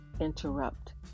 interrupt